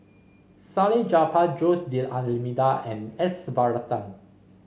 Salleh Japar Jose D'Almeida and S Varathan